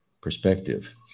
perspective